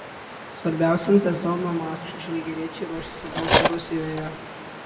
svarbiausiam sezono mačui žalgiriečiai ruošiasi baltarusijoje